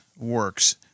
works